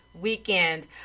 weekend